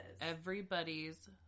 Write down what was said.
Everybody's